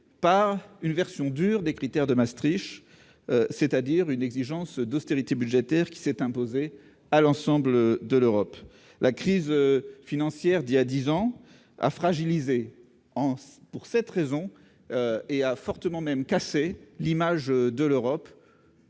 par une version dure des critères de Maastricht, c'est-à-dire une exigence d'austérité budgétaire qui s'est imposée à l'ensemble de l'Europe. La crise financière de 2008, pour cette raison, a fragilisé voire cassé l'image d'une Europe